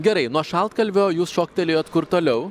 gerai nuo šaltkalvio jūs šoktelėjot kur toliau